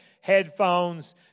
headphones